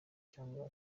cyangwa